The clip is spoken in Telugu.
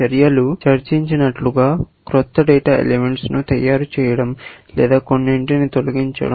చర్యలు చర్చించినట్లుగా క్రొత్త డేటా ఎలెమెంట్స్ ను తయారు చేయడం లేదా కొన్నింటిని తొలగించడం